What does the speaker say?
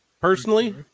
personally